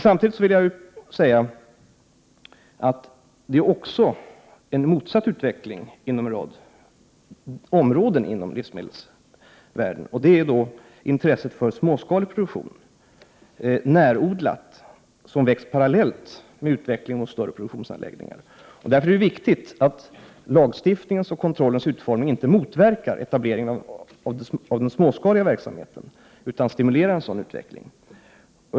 Samtidigt sker det en motsatt utveckling på en rad områden inom livsmedelsvärlden, mot ett ökat intresse för småskalig produktion, närodlat. Denna utveckling har gått parallellt med utvecklingen mot större produktionsanläggningar. Det är viktigt att lagstiftningen och kontrollens utformning inte motverkar etablering av den småskaliga verksamheten utan stimulerar den.